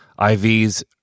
IVs